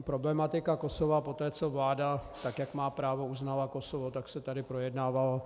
Problematika Kosova poté, co vláda, tak jak má právo, uznala Kosovo, tak se tady projednávala.